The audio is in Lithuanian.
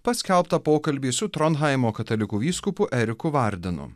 paskelbtą pokalbį su tronheimo katalikų vyskupu eriku vardenu